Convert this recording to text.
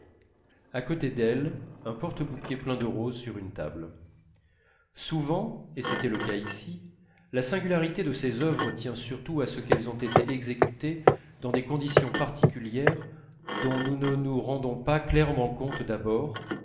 à côté d'elle un porte bouquet plein de roses sur une table souvent et c'était le cas ici la singularité de ces œuvres tient surtout à ce qu'elles ont été exécutées dans des conditions particulières dont nous ne nous rendons pas clairement compte d'abord